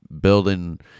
building